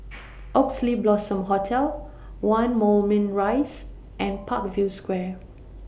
Oxley Blossom Hotel one Moulmein Rise and Parkview Square